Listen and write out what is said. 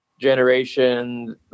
generation